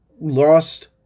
lost